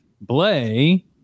Blay